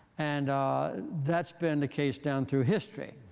and that's been the case down through history.